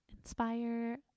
inspire